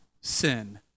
sin